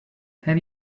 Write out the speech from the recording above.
have